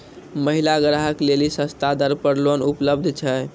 महिला ग्राहक लेली सस्ता दर पर लोन उपलब्ध छै?